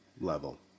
level